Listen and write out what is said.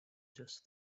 just